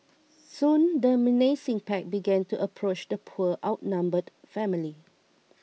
soon the menacing pack began to approach the poor outnumbered family